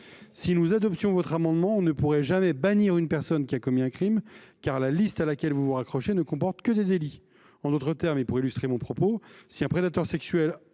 Si nous adoptions votre amendement, on ne pourrait jamais bannir une personne qui a commis un crime, car la liste à laquelle vous faites référence ne comporte que des délits. En d’autres termes, et pour illustrer mon propos, si un prédateur sexuel